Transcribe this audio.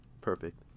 Perfect